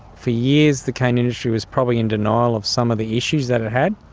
for years the cane industry was probably in denial of some of the issues that it had,